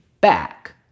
back